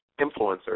influencers